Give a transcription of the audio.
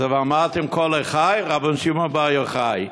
אז "ואמרתם כה לחי, רבי שמעון בר יוחאי".